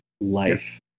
life